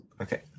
Okay